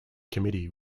committee